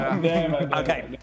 Okay